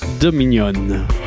Dominion